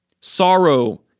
sorrow